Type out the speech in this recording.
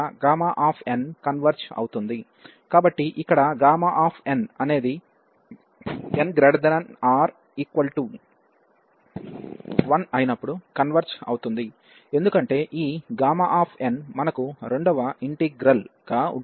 కాబట్టి ఇక్కడ n అనేది n≥1 అయినప్పుడు కన్వెర్జ్ అవుతుంది ఎందుకంటే ఈ n మనకు రెండవ ఇంటిగ్రల్ గా ఉంటుంది